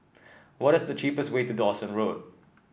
what is the cheapest way to Dawson Road